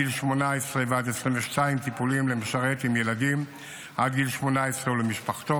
המפרטת את התגמולים וההטבות המפורטים